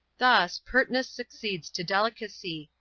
thus, pertness succeeds to delicacy,